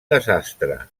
desastre